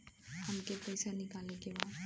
हमके पैसा निकाले के बा